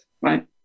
right